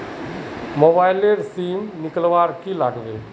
Mobile लेर किसम निकलाले की लागबे?